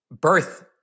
birth